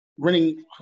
running